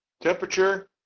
temperature